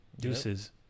deuces